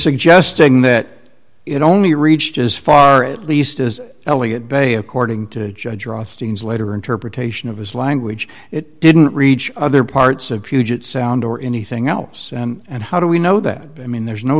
suggesting that it only reached as far at least as elliott bay according to judge rothstein's later interpretation of his language it didn't reach other parts of puget sound or anything else and how do we know that i mean there's no